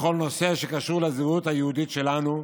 בכל נושא שקשור לזהות היהודית שלנו,